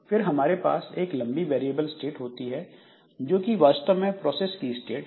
फिर हमारे पास एक लंबी वेरिएबल स्टेट होती है जो कि वास्तव में प्रोसेस की स्टेट है